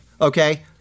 Okay